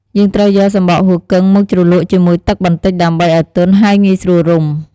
យើងត្រូវយក សំបកហ៊ូគឹង មកជ្រលក់ជាមួយទឹកបន្តិច ដើម្បីឱ្យទន់ ហើយងាយស្រួលរុំ។